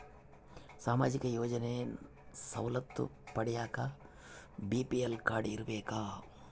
ಸಾಮಾಜಿಕ ಯೋಜನೆ ಸವಲತ್ತು ಪಡಿಯಾಕ ಬಿ.ಪಿ.ಎಲ್ ಕಾಡ್೯ ಇರಬೇಕಾ?